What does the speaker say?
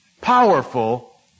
powerful